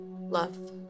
love